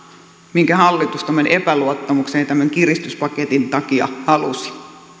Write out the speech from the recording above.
minkä hallitus tämän epäluottamuksen ja tämän kiristyspaketin takia halusi